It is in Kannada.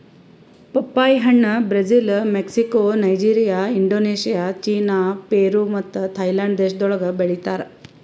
ಪಪ್ಪಾಯಿ ಹಣ್ಣ್ Brazil, Mexico, Nigeria, Indonesia, China, Peru ಮತ್ತ ಥೈಲ್ಯಾಂಡ್ ದೇಶಗೊಳ್ದಾಗ್ ಬೆಳಿತಾರ್